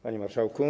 Panie Marszałku!